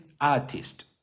artist